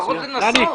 לפחות לנסות.